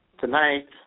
Tonight